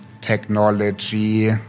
technology